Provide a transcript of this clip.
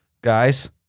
Guys